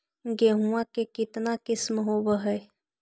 गेहूमा के कितना किसम होबै है?